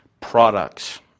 products